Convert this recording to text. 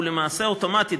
הוא למעשה אוטומטית,